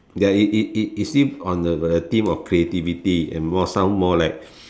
ya it it it it it seem on the on the theme of creativity and more sound more like